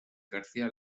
garcía